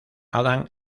adam